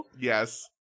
Yes